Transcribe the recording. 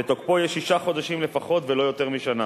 ותוקפו יהיה שישה חודשים לפחות ולא יותר משנה.